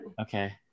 okay